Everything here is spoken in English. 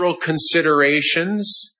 considerations